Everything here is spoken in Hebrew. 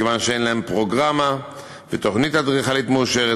מכיוון שאין להן פרוגרמה ותוכנית אדריכלית מאושרת,